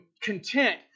content